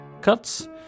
cuts